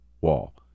wall